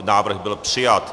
Návrh byl přijat.